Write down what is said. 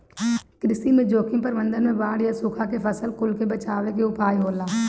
कृषि में जोखिम प्रबंधन में बाढ़ या सुखा से फसल कुल के बचावे के उपाय होला